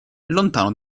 lontano